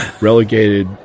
relegated